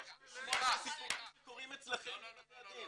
יש מלא סיפורים שקורים אצלכם בבתי הדין.